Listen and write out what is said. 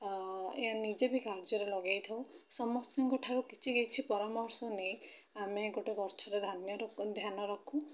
ଏହା ନିଜେବି କାର୍ଯ୍ୟରେ ଲଗେଇ ଥାଉ ସମସ୍ତଙ୍କଠାରୁ କିଛି କିଛି ପରାମର୍ଶ ନେଇ ଆମେ ଗୋଟେ ଗଛର ଧ୍ୟାନ ରଖୁ